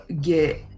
get